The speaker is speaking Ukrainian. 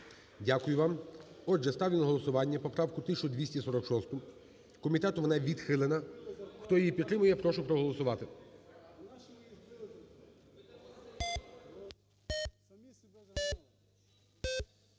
Дякую вам. Отже, ставлю на голосування поправку 1246. Комітетом вона відхилена. Хто її підтримує, я прошу проголосувати.